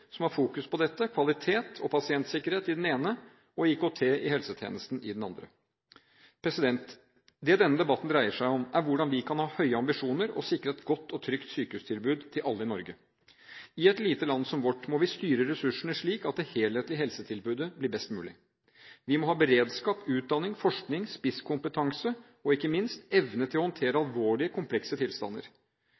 som har fokus på dette: kvalitet og pasientsikkerhet i den ene og IKT i helsetjenesten i den andre. Det denne debatten dreier seg om, er hvordan vi kan ha høye ambisjoner og sikre et godt og trygt sykehustilbud til alle i Norge. I et lite land som vårt må vi styre ressursene slik at det helhetlige helsetilbudet blir best mulig. Vi må ha beredskap, utdanning, forskning, spisskompetanse og, ikke minst, evne til å håndtere